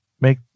make